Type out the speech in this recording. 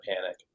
panic